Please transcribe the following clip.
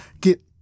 get